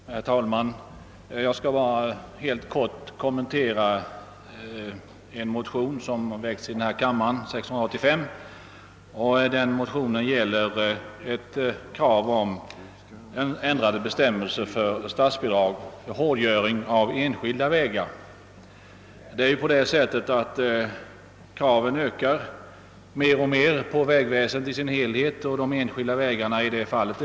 Herr talman! Jag ber att mycket kort få kommentera motionen II: 685, i vilken kräves ändrade bestämmelser för statsbidrag när det gäller hårdgöring av enskilda vägar. Kraven på vägnätet i allmänhet ökar mer och mer, och därvidlag utgör de enskilda vägarna inget undantag.